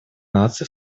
наций